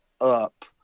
up